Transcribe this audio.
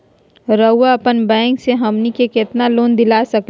रउरा अपन बैंक से हमनी के कितना लोन दिला सकही?